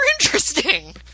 interesting